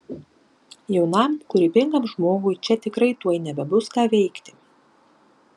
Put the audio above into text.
jaunam kūrybingam žmogui čia tikrai tuoj nebebus ką veikti